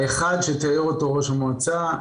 האחד שתיאר אותו ראש המועצה,